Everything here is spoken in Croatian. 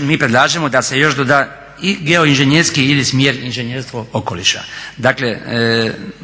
mi predlažemo da se još doda i geoinženjerski ili smjer inženjerstvo okoliša.